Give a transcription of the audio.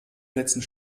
letzten